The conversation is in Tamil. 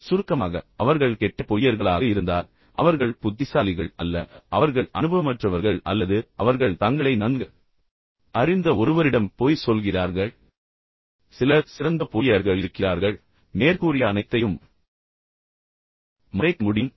எனவே சுருக்கமாக அவர்கள் கெட்ட பொய்யர்களாக இருந்தால் அவர்கள் புத்திசாலிகள் அல்ல அவர்கள் அனுபவமற்றவர்கள் அல்லது அவர்கள் தங்களை நன்கு அறிந்த ஒருவரிடம் பொய் சொல்கிறார்கள் ஆனால் சிலர் சிறந்த பொய்யர்கள் இருக்கிறார்கள் மற்றும் மேற்கூறிய அனைத்தையும் மறைக்க முடியும்